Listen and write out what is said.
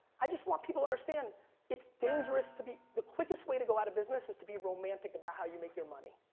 i just want people to understand it's dangerous to be, the quickest way to go out of business is to be romantic about how you make your money.